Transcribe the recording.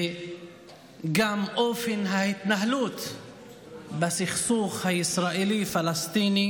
וגם עם אופן ההתנהלות בסכסוך הישראלי פלסטיני,